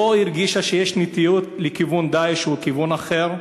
לא הרגישה שיש נטיות לכיוון "דאעש" או לכיוון אחר.